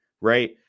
right